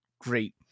great